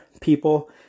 people